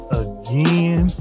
again